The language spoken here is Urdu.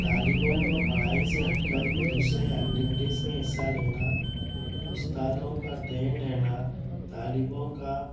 طالبوں کو پڑھائی سے ہٹ کر بھی دوسرے ایکٹوٹیز میں حصہ لینا استادوں کا ٹرینڈ رہنا طالبوں کا